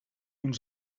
uns